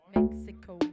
Mexico